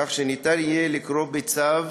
כך שניתן יהיה לקרוא בצו